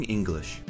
English